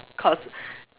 course